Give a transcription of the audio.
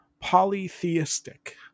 polytheistic